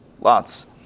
lots